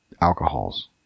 alcohols